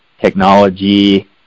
technology